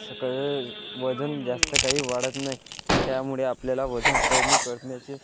वजन जास्त काही वाढत नाही त्यामुळे आपल्याला वजन कमी करण्याचे